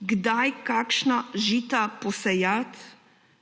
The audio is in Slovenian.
kdaj kakšna žita posejati,